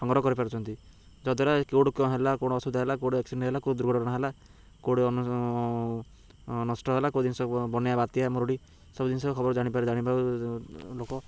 ସଂଗ୍ରହ କରିପାରୁଛନ୍ତି ଯଦ୍ୱାରା କେଉଁଠୁ କ'ଣ ହେଲା କ'ଣ ଅସୁବିଧା ହେଲା କେଉଁଠୁ ଏକ୍ସିଡେଣ୍ଟ ହେଲା କେଉଁ ଦୁର୍ଘଟଣା ହେଲା କେଉଁଠୁ ନଷ୍ଟ ହେଲା କେଉଁ ଜିନିଷ ବନାଇବା ବାତ୍ୟା ମରୁଡ଼ି ସବୁ ଜିନିଷ ଖବର ଜାଣିପାରେ ଜାଣିପାରୁ ଲୋକ